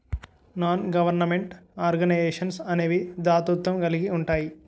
non government organisations అనేవి దాతృత్వం కలిగి ఉంటాయి